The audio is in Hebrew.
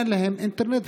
אין להם אינטרנט,